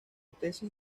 tesis